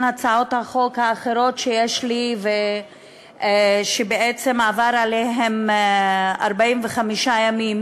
הצעות החוק האחרות שיש לי שעברו עליהן 45 ימים,